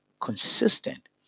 consistent